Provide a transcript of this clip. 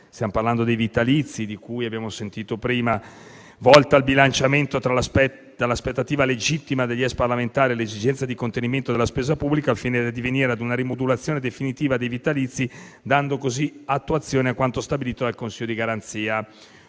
materia dei vitalizi, di cui abbiamo sentito parlare prima, per realizzare un bilanciamento tra l'aspettativa legittima degli ex parlamentari e l'esigenza di contenimento della spesa pubblica, al fine di addivenire a una loro rimodulazione definitiva, dando così attuazione a quanto stabilito dal Consiglio di garanzia.